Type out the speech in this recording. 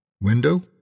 Window